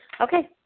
Okay